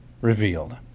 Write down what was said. revealed